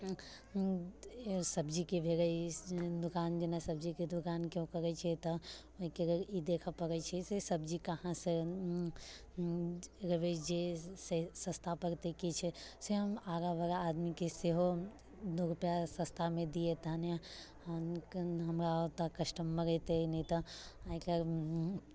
सब्जीके भेलै दोकान जेना सब्जीके दोकान केओ करैत छै तऽ ओइहिके लेल ई देखऽ पड़ैत छै से सब्जी कहाँसँ लबै जे सस्ता पड़तै किछु से हम आबऽ बला आदमीके सेहो दू रुपया सस्ता मे दियै तहने हमरा ओतऽ कस्टमर एतै नहि तऽ आइ कल्हि